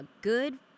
good